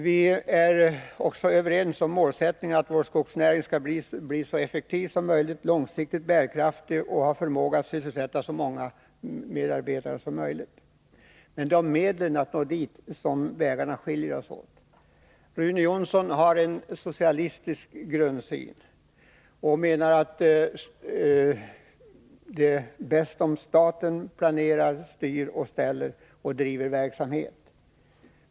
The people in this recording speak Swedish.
Vi är också överens om målsättningen att vår skogsnäring skall bli så effektiv som möjligt, att den skall vara långsiktigt bärkraftig och att den skall ha förmåga att sysselsätta så många som möjligt. Beträffande medlen att nå dit skiljer sig emellertid våra vägar. Rune Jonsson har en socialistisk grundsyn. Han menar att det är bäst om staten planerar, styr och ställer och bedriver verksamhet.